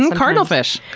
cardinalfish!